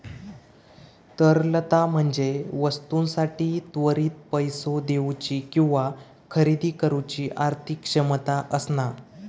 तरलता म्हणजे वस्तूंसाठी त्वरित पैसो देउची किंवा खरेदी करुची आर्थिक क्षमता असणा